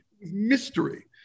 Mystery